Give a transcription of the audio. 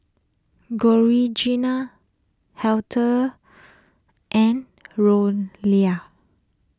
Georgina Heather and